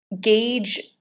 gauge